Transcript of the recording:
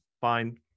fine